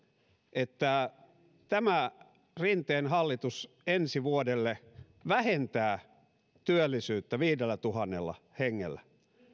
että tämä rinteen hallitus ensi vuodelle vähentää työllisyyttä viidellätuhannella hengellä